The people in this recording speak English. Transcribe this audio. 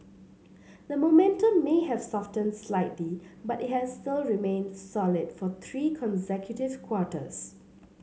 the momentum may have softened slightly but it has still remained solid for three consecutive quarters